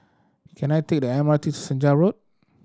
can I take the M R T Senja Road